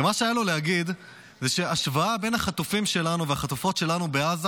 ומה שהיה לו להגיד זה השוואה בין החטופים שלנו והחטופות שלנו בעזה